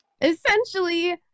essentially